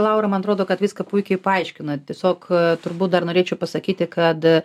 laura man atrodo kad viską puikiai paaiškino tiesiog turbūt dar norėčiau pasakyti kad